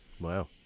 Wow